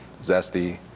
zesty